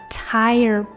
tire